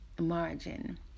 margin